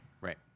Right